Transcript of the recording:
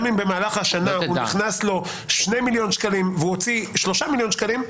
גם אם במהלך השנה נכנסו לו 2 מיליון שקלים והוא הוציא 3 מיליון שקלים,